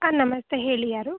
ಆಂ ನಮಸ್ತೆ ಹೇಳಿ ಯಾರು